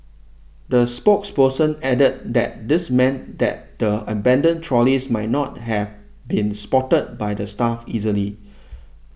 the spokesperson added that this meant that the abandoned trolleys might not have been spotted by the staff easily